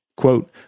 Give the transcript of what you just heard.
Quote